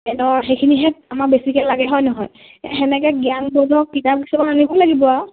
এডৰ সেইখিনিহে আমাৰ বেছিকে লাগে হয় নহয় সেনেকে জ্ঞান মূলক কিতাপ কিছুমান আনিব লাগিব আউ